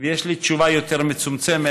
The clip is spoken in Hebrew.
ויש לי תשובה יותר מצומצמת,